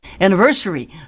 anniversary